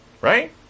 Right